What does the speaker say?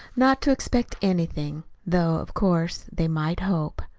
not to expect anything though, of course, they might hope.